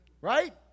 Right